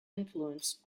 influenced